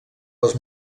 les